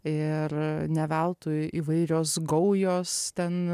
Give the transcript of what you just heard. ir ne veltui įvairios gaujos ten